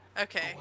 Okay